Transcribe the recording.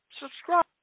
subscribe